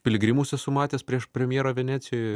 piligrimus esu matęs prieš premjerą venecijoj